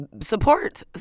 support